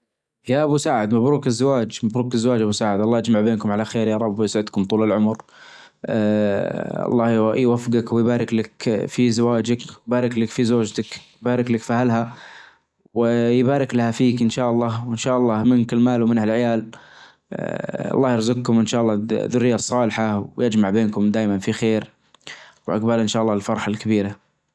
يا أبو سعد مبروك الزواج مبروك الزواج يا أبو سعد الله يجمع بينكم على خير يا رب ويسعدكم طول العمر، آآ الله يوفجك ويبارك لك في زواجك ويبارك لك في زوجتك ويبارك لك في أهلها ويبارك لها فيك إن شاء الله، وإن شاء الله منك المال ومنها العيال، آآ الله يرزقكم إن شاء الله الذرية الصالحة ويجمع بينكم دايما في خير وعجبال إن شاء الله للفرحة الكبيرة.